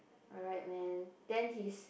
alright man then his